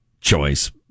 choice